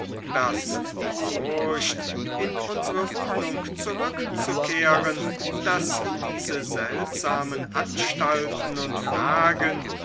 daß die furcht in unsere wohnung zurückzukehren daß diese seltsamen anstalten und fragen